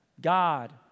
God